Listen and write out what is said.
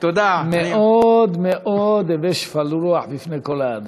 מאוד מאוד הווי שפל רוח בפני כל האדם.